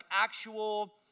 actual